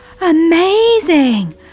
Amazing